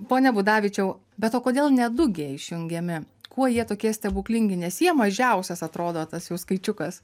ponia budavičiau bet o kodėl ne du gie išjungiami kuo jie tokie stebuklingi nes jie mažiausias atrodo tas jau skaičiukas